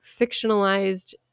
fictionalized